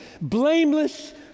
blameless